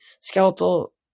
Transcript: skeletal